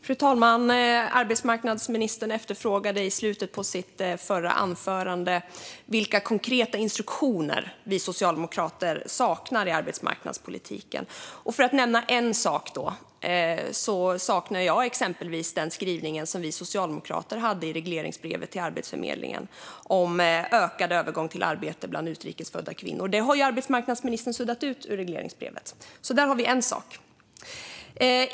Fru talman! Arbetsmarknadsministern efterfrågade i slutet av sitt förra anförande vilka konkreta instruktioner vi socialdemokrater saknar i arbetsmarknadspolitiken. Låt mig nämna en sak: Jag saknar den skrivning som Socialdemokraterna hade i regleringsbrevet till Arbetsförmedlingen om ökad övergång till arbete bland utrikes födda kvinnor. Det har arbetsmarknadsministern suddat ut i regleringsbrevet.